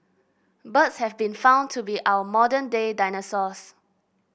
birds have been found to be our modern day dinosaurs